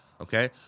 Okay